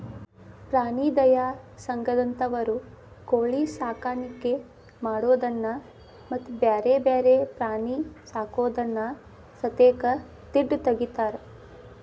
ಪ್ರಾಣಿ ದಯಾ ಸಂಘದಂತವರು ಕೋಳಿ ಸಾಕಾಣಿಕೆ ಮಾಡೋದನ್ನ ಮತ್ತ್ ಬ್ಯಾರೆ ಬ್ಯಾರೆ ಪ್ರಾಣಿ ಸಾಕೋದನ್ನ ಸತೇಕ ತಿಡ್ಡ ತಗಿತಾರ